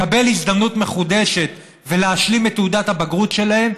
לקבל הזדמנות מחודשת ולהשלים את תעודת הבגרות שלהם,